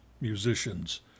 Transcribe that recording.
musicians